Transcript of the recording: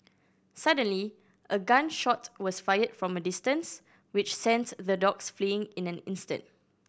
suddenly a gun shot was fired from a distance which the dogs fleeing in an instant